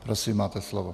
Prosím, máte slovo.